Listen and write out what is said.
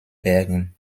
bergen